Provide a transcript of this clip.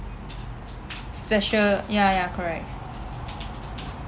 special ya ya correct